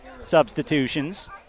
substitutions